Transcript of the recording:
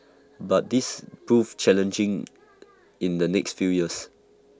but this proved challenging in the next few years